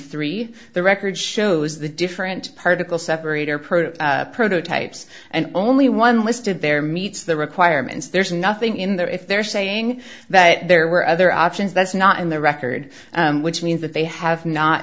three the record shows the different particle separator produce prototypes and only one listed there meets the requirements there's nothing in there if they're saying that there were other options that's not in the record which means that they have not